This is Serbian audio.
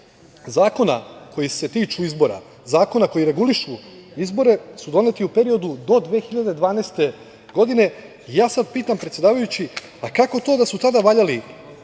zakona koji se tiču izbora zakona koji regulišu izbore su doneti u periodu do 2012. godine. Ja sad pitam, predsedavajući, a ko to da su tada valjali